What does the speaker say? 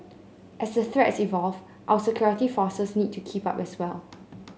as the threats evolve our security forces need to keep up as well